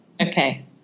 Okay